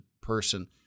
person